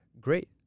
great